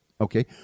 okay